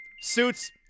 Suits